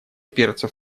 перцев